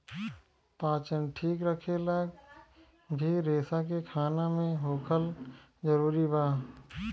पाचन ठीक रखेला भी रेसा के खाना मे होखल जरूरी बा